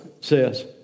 says